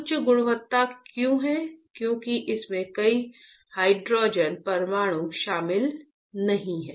उच्च गुणवत्ता क्यों है क्योंकि इसमें कोई हाइड्रोजन परमाणु शामिल नहीं है